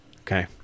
Okay